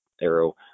Arrow